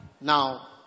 Now